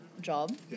job